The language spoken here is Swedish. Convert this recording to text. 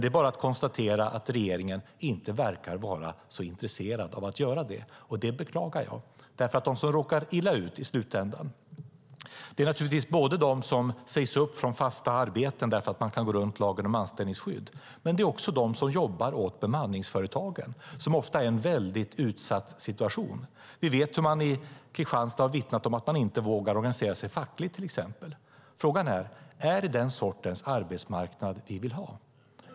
Det är bara att konstatera att regeringen inte verkar vara intresserad av att göra det. Det beklagar jag. De som råkar illa ut i slutändan är naturligtvis både de som sägs upp från fasta arbeten eftersom man kan gå runt lagen om anställningsskydd och de som jobbar åt bemanningsföretagen och som ofta är i en utsatt situation. I Kristianstad har man vittnat om att man inte vågar organisera sig fackligt, till exempel. Är det den sortens arbetsmarknad vi vill ha?